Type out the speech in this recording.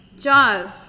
Jaws